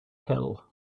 hill